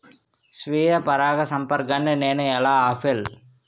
స్వీయ పరాగసంపర్కాన్ని నేను ఎలా ఆపిల్?